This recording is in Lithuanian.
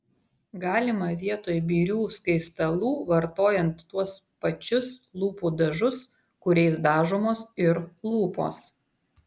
galima vietoj birių skaistalų vartojant tuos pačius lūpų dažus kuriais dažomos ir lūpos